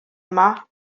yma